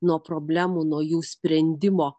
nuo problemų nuo jų sprendimo